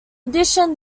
addition